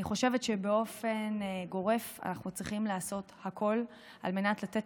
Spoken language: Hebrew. אני חושבת שבאופן גורף אנחנו צריכים לעשות הכול על מנת לתת